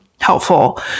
helpful